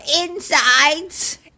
insides